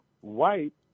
white